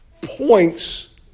points